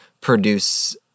produce